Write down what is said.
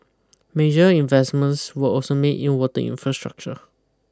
major investments were also made in water infrastructure